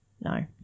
No